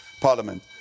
Parliament